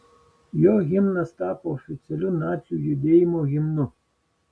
jo himnas tapo oficialiu nacių judėjimo himnu